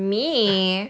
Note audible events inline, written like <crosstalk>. <coughs>